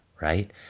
right